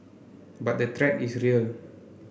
but the threat is real